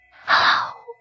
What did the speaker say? Hello